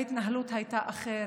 ההתנהלות הייתה אחרת,